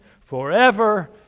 forever